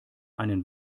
einen